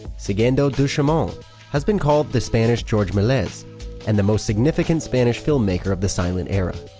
segundo de chamon has been called the spanish george melies and the most significant spanish filmmaker of the silent era.